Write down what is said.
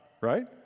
right